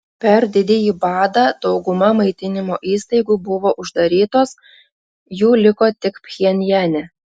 per didįjį badą dauguma maitinimo įstaigų buvo uždarytos jų liko tik pchenjane